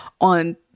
on